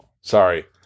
Sorry